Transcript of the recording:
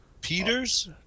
Peters